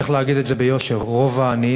צריך להגיד את זה ביושר: רוב העניים